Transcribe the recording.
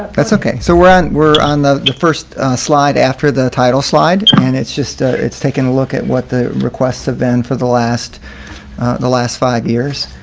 that's okay. so we're on we're on the the first slide after the title slide. and it's just ah it's taking a look at what the requests been for the last the last five years,